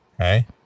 Okay